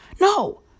No